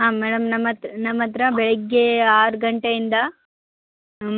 ಹಾಂ ಮೇಡಮ್ ನಮ್ಮ ಹತ್ರ ನಮ್ಮ ಹತ್ರ ಬೆಳಗ್ಗೆ ಆರು ಗಂಟೆಯಿಂದ